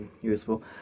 Useful